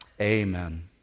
Amen